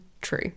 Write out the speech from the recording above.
true